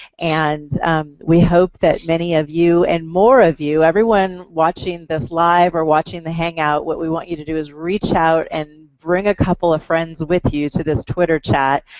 and we hope that many of you and more of you. everyone watching this live or watching the hangout what we want you to do is reach out and bring a couple of friends with you to this twitter chat.